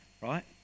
right